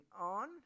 on